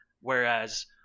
Whereas